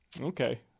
Okay